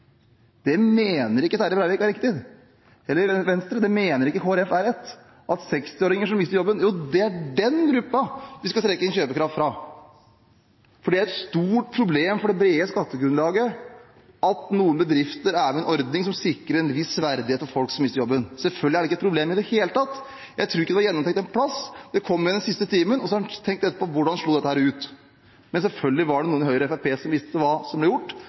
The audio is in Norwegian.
Det mener ikke Terje Breivik er riktig, eller Venstre. Det mener ikke Kristelig Folkeparti er rett – at 60-åringer som mister jobben, er den gruppen vi skal trekke inn kjøpekraft fra fordi det er et stort problem for det brede skattegrunnlaget at noen bedrifter er med i en ordning som sikrer en viss verdighet for folk som mister jobben. Selvfølgelig er det ikke et problem i det hele tatt. Jeg tror ikke det var gjennomtenkt noe sted. Det kom i den siste timen, og så har en tenkt på etterpå hvordan dette slo ut. Selvfølgelig var det noen i Høyre og Fremskrittspartiet som visste hva som ble gjort,